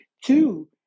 two